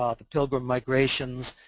um the pilgrim migrations,